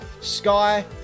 Sky